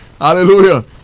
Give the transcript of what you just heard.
Hallelujah